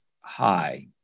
high